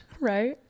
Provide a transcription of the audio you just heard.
Right